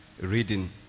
Reading